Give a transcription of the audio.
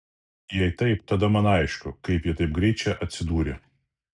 jei taip tada man aišku kaip ji taip greit čia atsidūrė